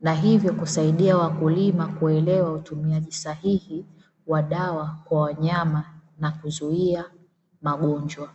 Na hivyo kusaidia wakulima kuelewa utumiaji sahihi wa dawa kwa wanyama na kuzuia magonjwa.